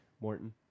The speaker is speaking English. Morton